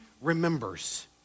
remembers